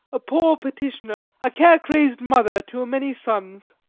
a poor petitioner, a care-craz'd mother to a many sons,